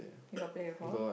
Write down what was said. you got play before